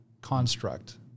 construct